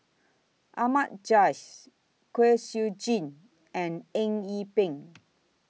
Ahmad Jais Kwek Siew Jin and Eng Yee Peng